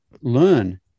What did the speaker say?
learn